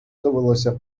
довелося